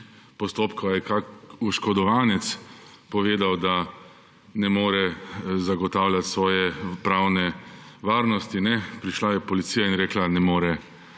postopkov, ali je kakšen oškodovanec povedal, da ne more zagotavljati svoje pravne varnosti? Ne. Prišla je policija in rekla, da ne more